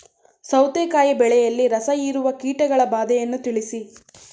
ಸೌತೆಕಾಯಿ ಬೆಳೆಯಲ್ಲಿ ರಸಹೀರುವ ಕೀಟಗಳ ಬಾಧೆಯನ್ನು ತಿಳಿಸಿ?